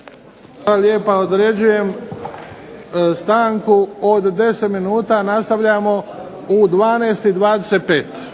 lijepa, određujem stanku od 10 minuta, nastavljamo u 12 i 25.